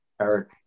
Eric